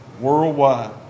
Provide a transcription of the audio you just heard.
Worldwide